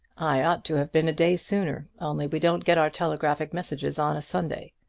i ought to have been a day sooner, only we don't get our telegraphic messages on a sunday.